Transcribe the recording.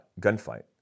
gunfight